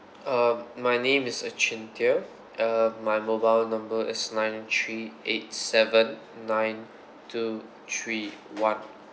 uh my name is cynthia uh my mobile number is nine three eight seven nine two three one